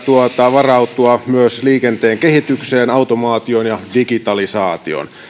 varautua myös liikenteen kehitykseen automaatioon ja digitalisaatioon